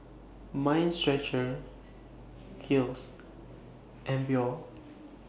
Mind Stretcher Kiehl's and Biore